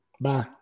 Bye